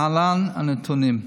להלן הנתונים: